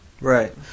Right